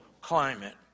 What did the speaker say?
climate